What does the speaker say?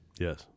Yes